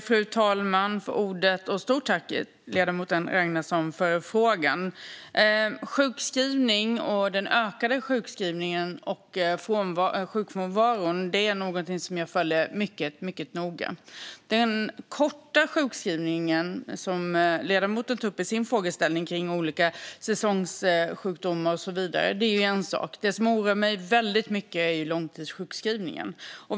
Fru talman! Stort tack för frågan, ledamoten Ragnarsson! Den ökade sjukskrivningen och sjukfrånvaron är någonting som jag följer mycket noga. Den korta sjukskrivningen som ledamoten tar upp i sin frågeställning kring olika säsongssjukdomar och så vidare är en sak, men det som oroar mig väldigt mycket är långtidssjukskrivningen.